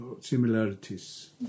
similarities